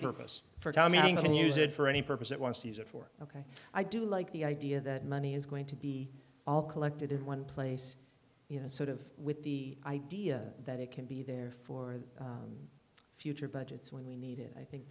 purpose for time you can use it for any purpose that wants to use it for ok i do like the idea that money is going to be all collected in one place you know sort of with the idea that it can be there for the future budgets when we need it i think